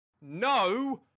No